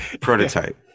prototype